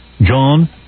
John